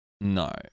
No